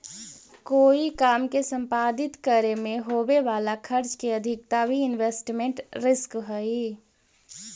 कोई काम के संपादित करे में होवे वाला खर्च के अधिकता भी इन्वेस्टमेंट रिस्क हई